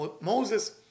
Moses